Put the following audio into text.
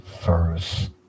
first